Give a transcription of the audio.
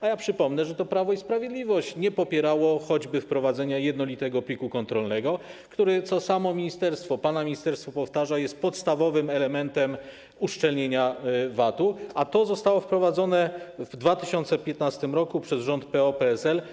A ja przypomnę, że to Prawo i Sprawiedliwość nie popierało choćby wprowadzenia jednolitego pliku kontrolnego, który - co samo ministerstwo, pana ministerstwo powtarza - jest podstawowym elementem uszczelnienia VAT-u, a to zostało wprowadzone w 2015 r. przez rząd PO-PSL.